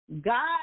God